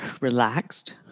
relaxed